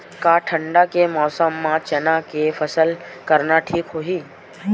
का ठंडा के मौसम म चना के फसल करना ठीक होही?